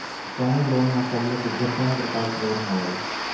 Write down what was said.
समूह लोन मा सबले सुघ्घर कोन प्रकार के लोन हवेए?